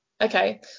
okay